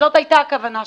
וזאת היתה הכוונה שלי.